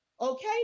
Okay